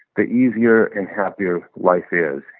the easier and happier life is.